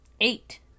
Eight